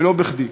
ולא בכדי,